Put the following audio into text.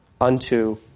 unto